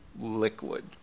liquid